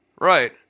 right